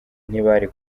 ntibari